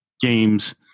games